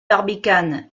barbicane